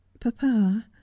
papa